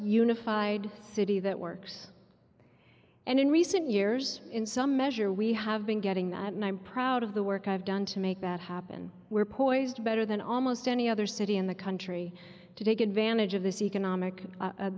unified city that works and in recent years in some measure we have been getting that and i'm proud of the work i've done to make that happen we're poised better than almost any other city in the country to take advantage of this economic